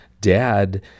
dad